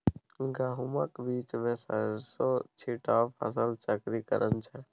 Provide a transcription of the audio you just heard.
गहुमक बीचमे सरिसों छीटब फसल चक्रीकरण छै